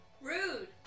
Rude